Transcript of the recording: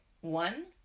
one